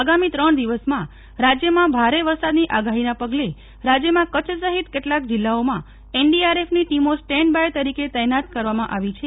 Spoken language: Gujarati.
આગામી ત્રણ દિવસમાં રાજ્યમાં ભારે વરસાદની આગાહીના પગલે રાજ્યમાં કરછ સફીત કેટલાંક જિલ્લાઓમાં એનડીઆરએફની ટીમો સ્ટેન્ડ બાય તરીકે તૈનાત કરવામાં આવી છે